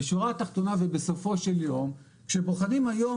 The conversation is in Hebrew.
בשורה התחתונה ובסופו של יום כשבוחנים היום